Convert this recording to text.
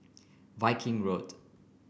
Viking Road